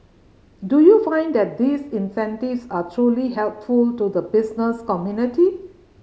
do you find that these incentives are truly helpful to the business community